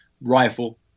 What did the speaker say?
rifle